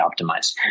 optimized